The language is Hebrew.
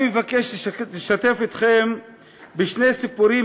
אני מבקש לשתף אתכם בשני סיפורים,